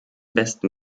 besten